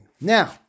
Now